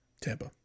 Tampa